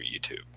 YouTube